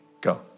Go